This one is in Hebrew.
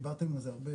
דיברתם על זה הרבה,